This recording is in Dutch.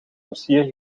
dossier